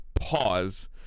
pause